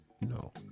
no